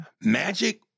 Magic